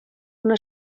una